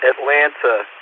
Atlanta